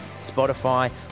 Spotify